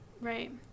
Right